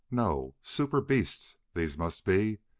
no? super-beasts, these must be.